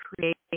create